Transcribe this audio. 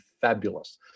fabulous